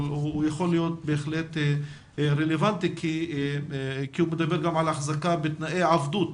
אבל הוא יכול להיות בהחלט רלוונטי כי הוא מדבר גם על החזקה בתנאי עבדות